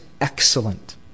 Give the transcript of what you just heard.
excellent